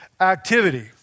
activity